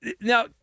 Now